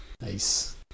Nice